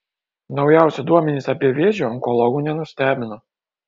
naujausi duomenys apie vėžį onkologų nenustebino